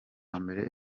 mbere